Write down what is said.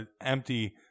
empty